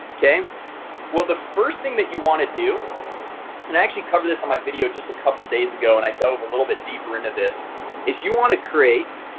ok well, the first thing that you want to do and i actually cover this on my video just a couple days ago and i dove a little bit deeper into this is you want to create?